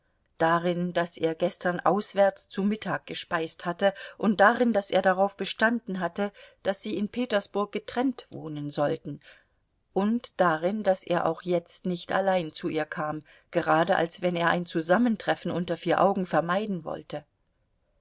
darin daß er gestern auswärts zu mittag gespeist hatte und darin daß er darauf bestanden hatte daß sie in petersburg getrennt wohnen sollten und darin daß er auch jetzt nicht allein zu ihr kam gerade als wenn er ein zusammentreffen unter vier augen vermeiden wollte